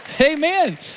Amen